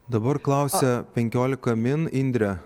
dabar klausia penkiolika min indrė